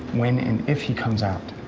when and if he comes out.